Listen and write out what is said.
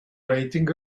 waiting